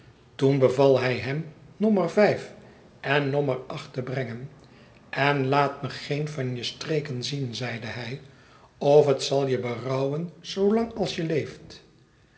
toen beval hij hem nommer vijf en nommer acht te brengen en laat me geen van je streken zien zeide hij of het zal je berouwen zoolang als je leeft